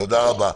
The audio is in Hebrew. תודה רבה.